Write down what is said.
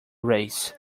race